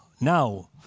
now